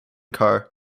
car